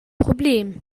problem